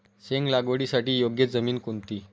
शेंग लागवडीसाठी योग्य जमीन कोणती?